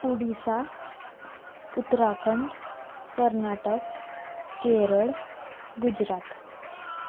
Odisha Uttarakhand Karnataka Kerala Gujarat